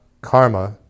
karma